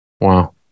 Wow